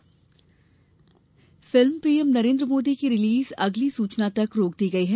film रोक film PM Narendra Modi की release अगली सूचना तक रोक दी गई है